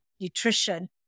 nutrition